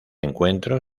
encuentro